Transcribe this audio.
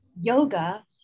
yoga